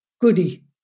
goody